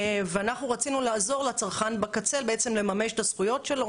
ואנחנו רצינו לעזור לצרכן בקצה בעצם לממש את הזכויות שלו.